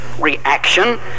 reaction